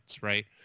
Right